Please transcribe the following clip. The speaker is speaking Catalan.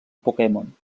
pokémon